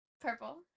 Purple